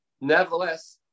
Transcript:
Nevertheless